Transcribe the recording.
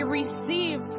receive